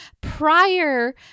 prior